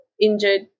Injured